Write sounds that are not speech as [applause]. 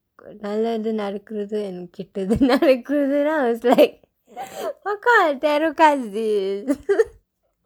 நல்லது நடக்குறது என் கிட்ட நடக்கும்:nallathu nadakkurathu en kitda nadakkum [laughs] then I was like what kind of tarot cards is this